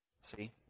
See